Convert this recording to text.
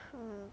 mm